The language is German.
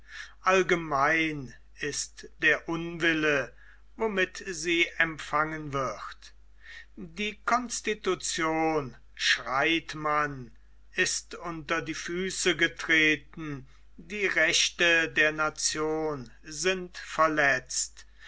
allgemein ist der unwille womit sie empfangen wird die constitution schreit man ist unter die füße getreten die rechte der nation sind verletzt